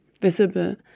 visible